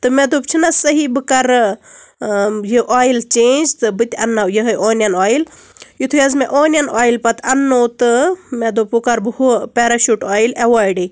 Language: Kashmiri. تہٕ مےٚ دوٚپ چھُنہ صحیح بہٕ کَرٕ ٲں یہِ اویِل چینٛج تہٕ بٕتہِ اَنناو یِہے اونیَن اویِل یُتھٕے حظ مےٚ اونیَن اویِل پَتہٕ اَنہٕ نوو تہٕ مےٚ دوٚپ وۄنۍ کَرٕ بہٕ ہُہ پیراشوٗٹ اویِل ایٚوایڈٕے